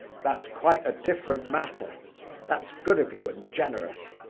that's quite a different matter that's good of you and generous.